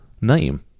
name